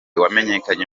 wamenyekanye